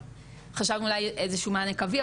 חשבנו אולי איזשהו מענה קווי,